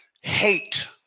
hate